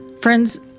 Friends